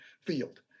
field